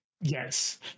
yes